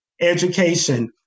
education